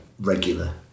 regular